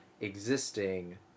existing